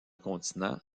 continent